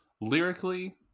lyrically